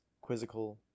quizzical